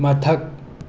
ꯃꯊꯛ